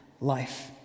life